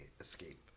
escape